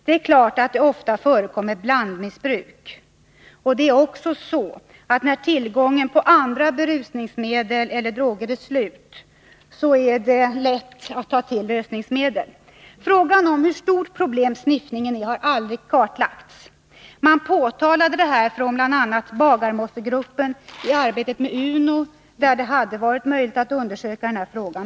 Det är klart att det ofta förekommer blandmissbruk, och när tillgången på andra berusningsmedel eller andra droger är slut är det lätt att ta till lösningsmedel. Frågan om hur stort problem sniffningen är har aldrig kartlagts. Man påtalade detta från bl.a. Bagarmossengruppen i arbetet med UNO, där det hade varit möjligt att undersöka denna fråga.